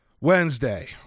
Wednesday